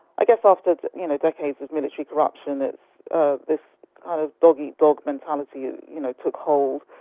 i guess after you know decades of military corruption and ah this kind of dog-eat-dog mentality you know took hold.